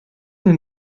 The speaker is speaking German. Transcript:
den